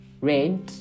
red